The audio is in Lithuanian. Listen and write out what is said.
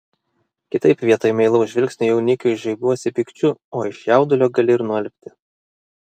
kitaip vietoj meilaus žvilgsnio jaunikiui žaibuosi pykčiu o iš jaudulio gali ir nualpti